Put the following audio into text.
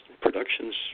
productions